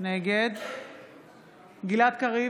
נגד גלעד קריב,